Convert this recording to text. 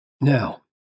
now